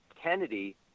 Kennedy